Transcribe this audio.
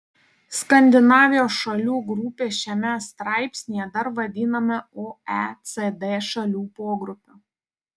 skandinavijos šalių grupė šiame straipsnyje dar vadinama oecd šalių pogrupiu